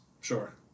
Sure